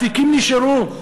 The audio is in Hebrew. התיקים נשארו,